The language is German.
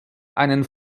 einen